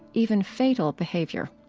even fatal, behavior.